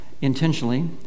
intentionally